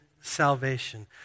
salvation